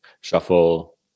shuffle